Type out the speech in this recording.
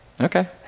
Okay